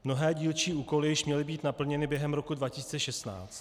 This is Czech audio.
Mnohé dílčí úkoly již měly být naplněny během roku 2016.